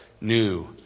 new